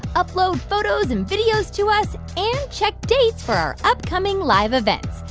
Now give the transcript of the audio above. upload photos and videos to us and check dates for our upcoming live events.